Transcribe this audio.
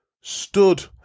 stood